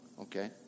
Okay